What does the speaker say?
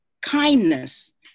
kindness